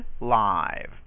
live